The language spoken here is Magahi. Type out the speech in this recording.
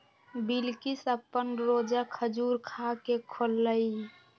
बिलकिश अप्पन रोजा खजूर खा के खोललई